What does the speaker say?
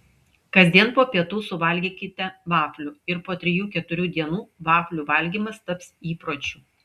kasdien po pietų suvalgykite vaflių ir po trijų keturių dienų vaflių valgymas taps įpročiu